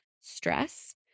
stress